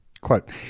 quote